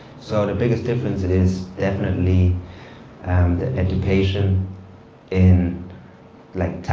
so the biggest difference is definitely and the education in like